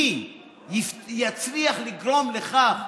הוא מי יצליח לגרום לכך